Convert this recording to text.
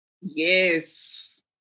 Yes